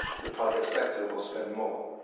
the private sector will spend more,